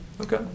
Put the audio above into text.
okay